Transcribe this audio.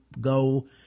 go